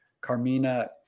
Carmina